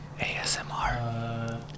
ASMR